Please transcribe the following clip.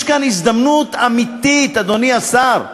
יש פה הזדמנות אמיתית, אדוני השר,